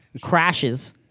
crashes